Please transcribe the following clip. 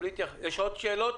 יש עוד שאלות?